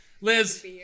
Liz